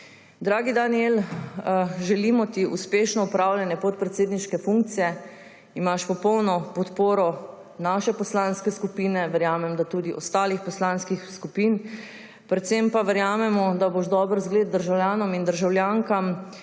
Dragi Danijel, želimo ti uspešno opravljanje podpredsedniške funkcije. Imaš popolno podporo naše poslanske skupine, verjamem, da tudi ostalih poslanskih skupin, predvsem pa verjamemo, da boš dober zgled državljanom in državljankam